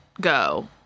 go